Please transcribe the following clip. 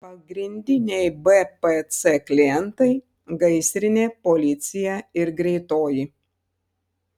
pagrindiniai bpc klientai gaisrinė policija ir greitoji